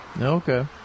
Okay